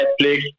Netflix